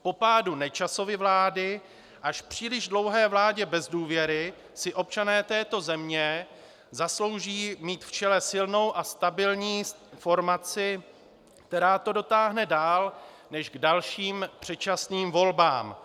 Po pádu Nečasovy vlády a až příliš dlouhé vládě bez důvěry si občané této země zaslouží mít v čele silnou a stabilní formaci, která to dotáhne dál než k dalším předčasným volbám.